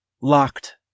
Locked